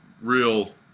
real